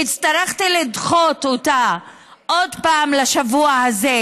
והצטרכתי לדחות אותה עוד פעם לשבוע הזה,